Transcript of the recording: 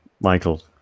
Michael